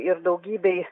ir daugybei